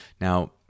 Now